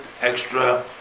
extra